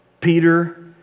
Peter